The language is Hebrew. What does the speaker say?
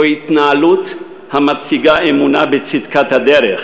זו התנהלות המציגה אמונה בצדקת הדרך